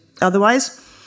otherwise